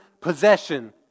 possession